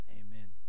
amen